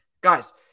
guys